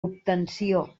obtenció